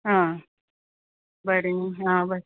आं बरें न्ही आं बरें